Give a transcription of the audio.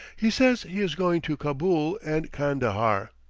he says he is going to cabool and kandahar.